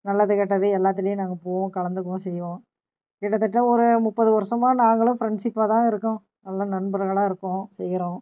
நல்லது கெட்டது எல்லாத்துலேயும் நாங்கள் போவோம் கலந்துக்குவோம் செய்வோம் கிட்டத்தட்ட ஒரு முப்பது வருஷமாக நாங்களும் ஃப்ரெண்ட்ஷிப்பாக தான் இருக்கோம் நல்ல நண்பர்களாக இருக்கோம் செய்கிறோம்